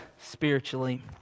spiritually